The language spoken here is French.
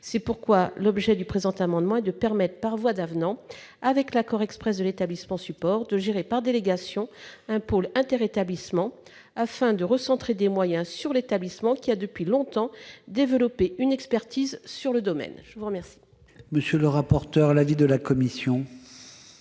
C'est pourquoi l'objet du présent amendement est de permettre, par voie d'avenant, avec l'accord exprès de l'établissement support, de gérer par délégation un pôle interétablissements afin de recentrer des moyens sur l'établissement qui a depuis longtemps développé une expertise dans le domaine considéré. Quel est l'avis de la commission